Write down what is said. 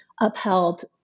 upheld